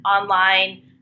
online